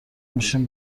میشیم